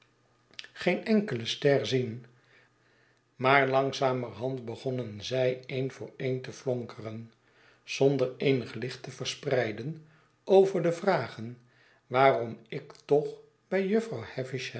geene enkele ster zien maarlangzamerhand begonnen zij een voor een te flonkeren zonder eenig licht te verspreiden over de vragen waarom ik toch bij jufvrouw